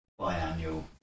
biannual